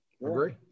Agree